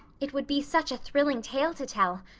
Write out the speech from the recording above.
it would be such a thrilling tale to tell.